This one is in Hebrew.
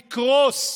תקרוס.